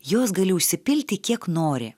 jos gali užsipilti kiek nori